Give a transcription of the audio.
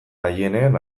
aieneen